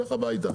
ונלך הביתה.